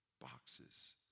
boxes